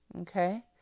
Okay